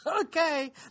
okay